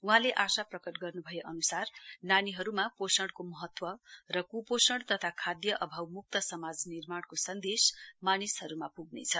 वहाँले आशा प्रकट गर्न्भए अन्सार नानीहरूमा पोषणको महत्व र कूपोषण तथा खाद्य अभाव म्क्त समाज निर्माणको सन्देश मानिसहरूमा प्ग्नेछ